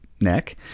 neck